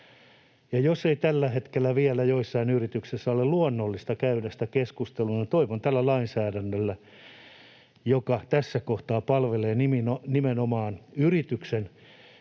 jos ei tällä hetkellä vielä joissain yrityksissä ole luonnollista käydä sitä keskustelua, niin toivon sitä tällä lainsäädännöllä, joka tässä kohtaa palvelee nimenomaan yrityksen